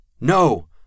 No